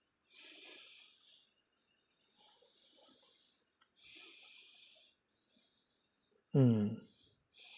mm